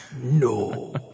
no